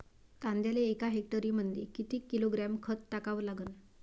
कांद्याले एका हेक्टरमंदी किती किलोग्रॅम खत टाकावं लागन?